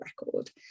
record